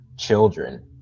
Children